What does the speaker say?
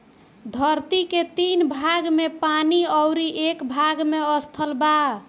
धरती के तीन भाग में पानी अउरी एक भाग में स्थल बा